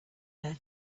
there